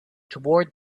toward